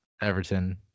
Everton